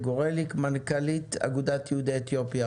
מנכ"לית אגודת יהודי אתיופיה.